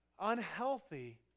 unhealthy